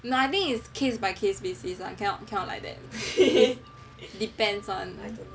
no I think is case by case basis like cannot count like that depends on I don't know